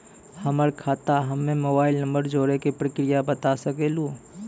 हमर खाता हम्मे मोबाइल नंबर जोड़े के प्रक्रिया बता सकें लू?